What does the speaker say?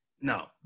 no